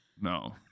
No